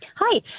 Hi